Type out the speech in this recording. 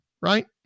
right